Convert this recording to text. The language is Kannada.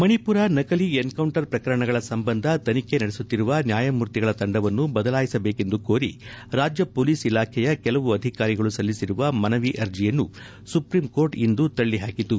ಮಣಿಪುರ ನಕಲಿ ಎನ್ಕೌಂಟರ್ ಪ್ರಕರಣಗಳ ಸಂಬಂಧ ತನಿಖೆ ನಡೆಸುತ್ತಿರುವ ನ್ಯಾಯಮೂರ್ತಿಗಳ ತಂಡವನ್ನು ಬದಲಾಯಿಸಬೇಕೆಂದು ಕೋರಿ ರಾಜ್ಯ ಪೊಲೀಸ್ ಇಲಾಖೆಯ ಕೆಲವು ಅಧಿಕಾರಿಗಳು ಸಲ್ಲಿಸಿರುವ ಮನವಿ ಅರ್ಜಿಯನ್ನು ಸುಪ್ರೀಂಕೋರ್ಟ್ ಇಂದು ತಳ್ಳಿಹಾಕಿತು